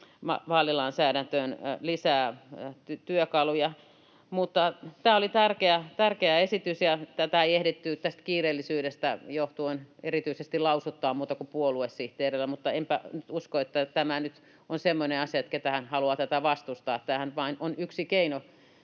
vaalilainsäädäntöön lisää työkaluja. Tämä oli tärkeä esitys. Tätä ei ehditty tästä kiireellisyydestä johtuen erityisesti lausuttaa muuta kuin puoluesihteereillä, mutta enpä usko, että tämä nyt on semmoinen asia, että kukaan haluaa tätä vastustaa. Tämähän on vain yksi keino